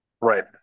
Right